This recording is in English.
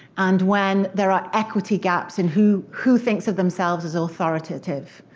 and when there are equity gaps, and who who thinks of themselves as authoritative.